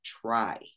try